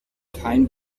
kein